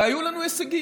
והיו לנו הישגים.